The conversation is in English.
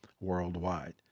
worldwide